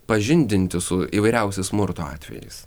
pažindintis su įvairiausiais smurto atvejais